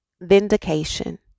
Vindication